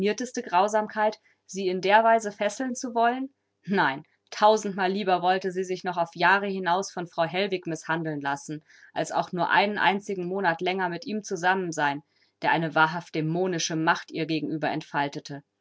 grausamkeit sie in der weise fesseln zu wollen nein tausendmal lieber wollte sie sich noch auf jahre hinaus von frau hellwig mißhandeln lassen als auch nur einen einzigen monat länger mit ihm zusammen sein der eine wahrhaft dämonische macht ihr gegenüber entfaltete